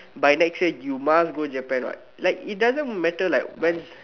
by next year you must go Japan what like it doesn't matter like when